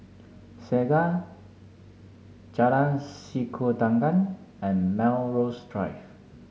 Segar Jalan Sikudangan and Melrose Drive